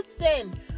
Listen